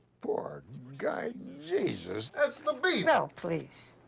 poor guy, jesus, that's the beef! oh, please.